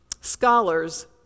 scholars